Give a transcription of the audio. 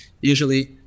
usually